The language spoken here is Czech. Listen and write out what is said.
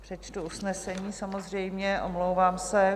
Přečtu usnesení, samozřejmě, omlouvám se.